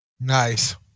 Nice